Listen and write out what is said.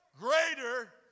Greater